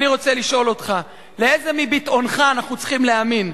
אני רוצה לשאול אותך: לאיזה מביטאוניך אנחנו צריכים להאמין?